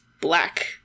black